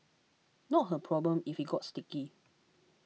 not her problem if it got sticky